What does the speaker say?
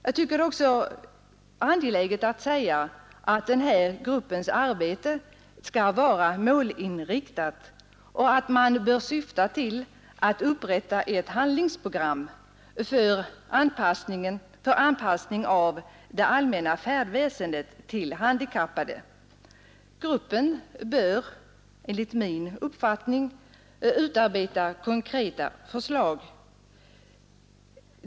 Jag tycker också det är angeläget att säga att gruppens arbete skall vara målinriktat och att man bör syfta till att upprätta ett handlingsprogram för anpassning av det allmänna färdväsendet till de handikappade. Gruppen bör enligt min uppfattning utarbeta konkreta förslag.